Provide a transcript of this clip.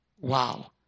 Wow